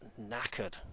knackered